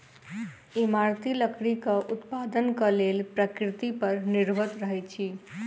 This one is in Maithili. इमारती लकड़ीक उत्पादनक लेल प्रकृति पर निर्भर रहैत छी